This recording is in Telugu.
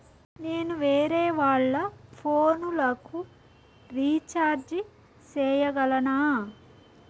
నేను వేరేవాళ్ల ఫోను లకు రీచార్జి సేయగలనా?